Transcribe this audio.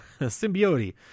symbiote